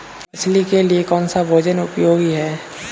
मछली के लिए कौन सा भोजन उपयोगी है?